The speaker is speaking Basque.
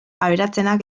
aberatsenak